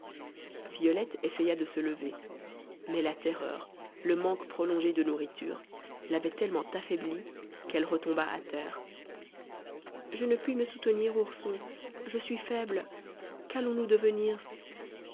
violette essaya de se lever mais la terreur le manque prolongé de nourriture l'avaient tellement affaiblie qu'elle retomba à terre je ne puis me soutenir ourson je suis faible qu'allons-nous devenir